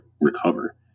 recover